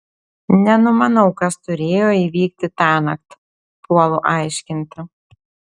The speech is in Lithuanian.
nenumanau kas turėjo įvykti tąnakt puolu aiškinti